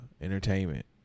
entertainment